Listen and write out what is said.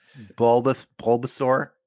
Bulbasaur